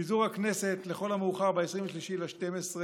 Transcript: פיזור הכנסת לכל המאוחר ב-23 בדצמבר,